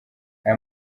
aya